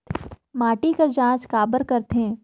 माटी कर जांच काबर करथे?